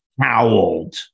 Howled